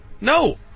No